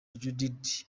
judith